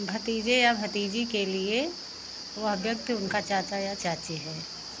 भतीजे या भतीजी के लिए वह व्यक्ति उनका चाचा या चाची है